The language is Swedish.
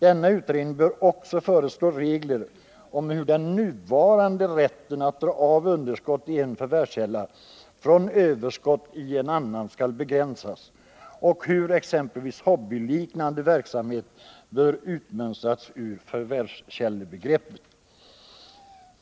Denna utredning bör också föreslå regler om hur den nuvarande rätten att dra av underskott i en förvärvskälla från överskott i en annan skall begränsas och hur exempelvis hobbyliknande verksamhet skall utmönstras ur förvärvskällebegreppet.